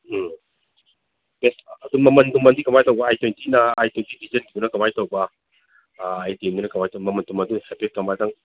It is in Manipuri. ꯎꯝ ꯑꯦ ꯑꯗꯨ ꯃꯃꯜꯒꯨꯝꯕꯗꯤ ꯀꯃꯥꯏ ꯇꯧꯕ ꯑꯥꯏ ꯇ꯭ꯋꯦꯟꯇꯤꯅ ꯑꯥꯏ ꯇ꯭ꯋꯦꯟꯇꯤ ꯗꯤꯖꯟꯒꯤꯗꯨꯅ ꯀꯃꯥꯏ ꯇꯧꯕ ꯑꯥꯏꯇꯦꯟꯗꯅ ꯀꯃꯥꯏ ꯇꯧꯕ ꯃꯃꯟꯗꯨ ꯍꯥꯏꯐꯦꯠ